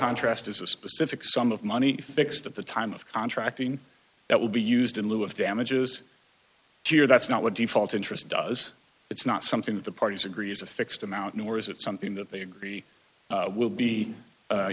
contrast is a specific sum of money fixed at the time of contracting that will be used in lieu of damages dear that's not what default interest does it's not something that the parties agree is a fixed amount nor is it something that they agree will be